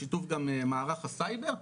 בשיתוף גם מערך הסייבר.